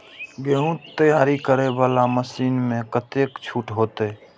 गेहूं तैयारी करे वाला मशीन में कतेक छूट होते?